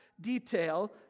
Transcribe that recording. detail